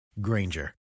Granger